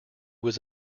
was